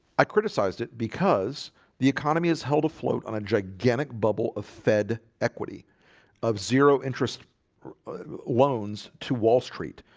i criticized it because the economy has held afloat on a gigantic bubble of fed equity of zero interest loans to wall street,